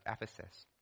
Ephesus